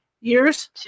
years